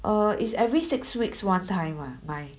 err is every six weeks one time one mine